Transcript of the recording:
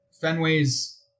Fenway's